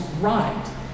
right